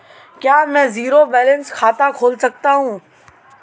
क्या मैं zero balance खाता खोल सकता हूँ?